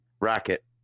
Racket